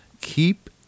Keep